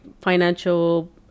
financial